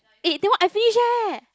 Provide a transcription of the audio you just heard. eh that one I finish eh